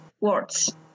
words